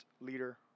leader